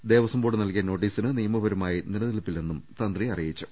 Devaswom board നൽകിയ നോട്ടീസിന് നിയമ പരമായി നിലനിൽപ്പില്ലെന്നും തന്ത്രി അറിയിച്ചു